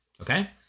Okay